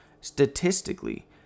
statistically